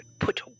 put